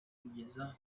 kugeza